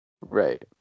Right